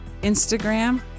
Instagram